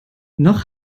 noch